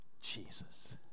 Jesus